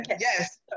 yes